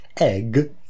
Egg